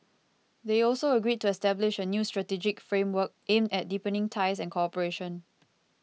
they also agreed to establish a new strategic framework aimed at deepening ties and cooperation